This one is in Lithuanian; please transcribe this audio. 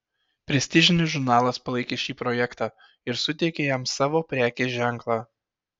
prestižinis žurnalas palaikė šį projektą ir suteikė jam savo prekės ženklą